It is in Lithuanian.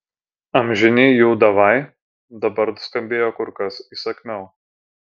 amžini jų davai dabar skambėjo kur kas įsakmiau